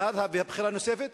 המד'הב בבחירה נוספת.